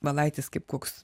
valaitis kaip koks